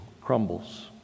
crumbles